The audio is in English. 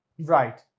Right